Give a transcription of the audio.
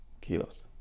kilos